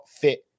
fit